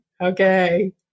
Okay